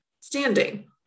standing